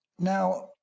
Now